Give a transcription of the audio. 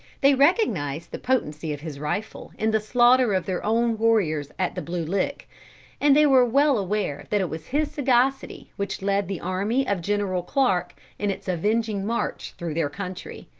they recognised the potency of his rifle in the slaughter of their own warriors at the blue lick and they were well aware that it was his sagacity which led the army of general clarke in its avenging march through their country.